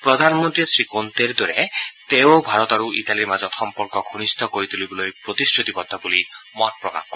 প্ৰধানমন্ত্ৰীয়ে শ্ৰীকোণ্টেৰ দৰে তেৱোঁ ভাৰত আৰু ইটালীৰ মাজৰ সম্পৰ্ক ঘনিষ্ঠ কৰি তুলিবলৈ প্ৰতিশ্ৰতিবদ্ধ বুলি মতপ্ৰকাশ কৰে